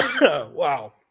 Wow